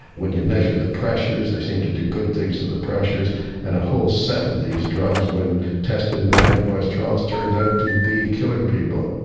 when you measured the pressures they seemed to do good things to the pressures and a whole set of these drugs when tested in randomised trials turned out to be killing people.